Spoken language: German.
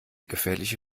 gefährliche